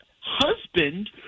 husband